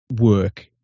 work